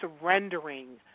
surrendering